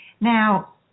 Now